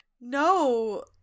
No